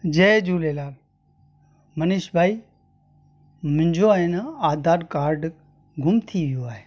जय झूलेलाल मनीष भाई मुंहिंजो आहे न आधार कार्ड गुम थी वियो आहे